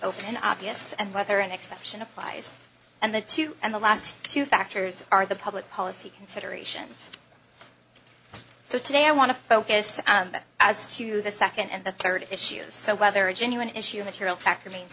open obvious and whether an exception applies and the two and the last two factors are the public policy considerations so today i want to focus as to the second and the third issues so whether a genuine issue material fact remains